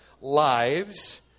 lives